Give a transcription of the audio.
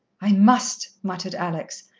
i must, muttered alex,